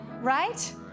right